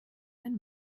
einen